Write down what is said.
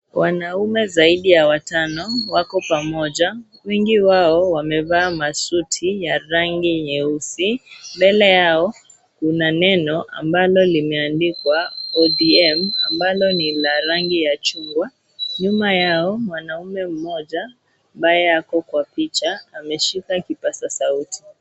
Wanaume zaidi ya watano, wako pamoja. Wengi wao wamevaa masuti ya rangi nyeusi. Mbele yao, kuna neno ambalo limeandikwa ODM, ambalo ni la rangi ya chungwa. Nyuma yao, mwanaume mmoja ambaye ako kwa picha ameshika kipazasauti.